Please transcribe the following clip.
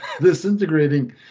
disintegrating